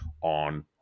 on